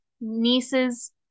niece's